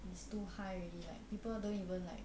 it's too high already like people don't even like